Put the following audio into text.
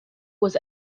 was